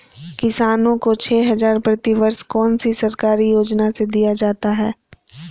किसानों को छे हज़ार प्रति वर्ष कौन सी सरकारी योजना से दिया जाता है?